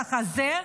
בנוסח הזה,